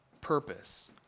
purpose